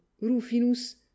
Rufinus